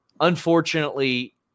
unfortunately